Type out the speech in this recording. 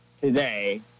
today